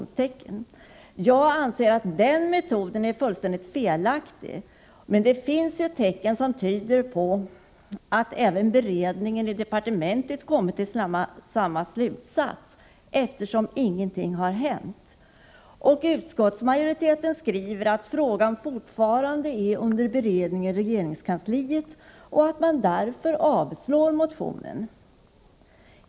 Jag anser att den metoden är fullständigt felaktig. Det finns tecken som tyder på att även beredningen i departementet kommit till samma slutsats, eftersom ingenting har hänt. Utskottsmajoriteten skriver att frågan fortfarande är under beredning i regeringskansliet och att man därför avstyrker motionen.